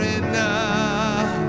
enough